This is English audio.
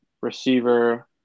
receiver